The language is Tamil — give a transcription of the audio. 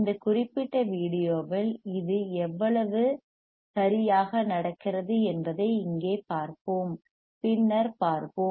இந்த குறிப்பிட்ட வீடியோவில் இது எவ்வளவு சரியாக நடக்கிறது என்பதை இங்கே பார்ப்போம் பின்னர் பார்ப்போம்